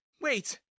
Wait